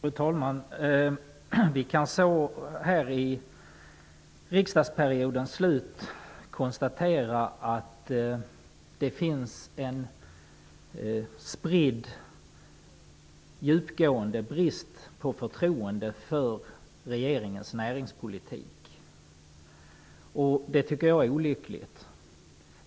Fru talman! Vi kan nu i riksdagsperiodens slutskede konstatera att det finns en spridd, djupgående brist på förtroende för regeringens näringspolitik. Jag tycker att det är olyckligt att det är så.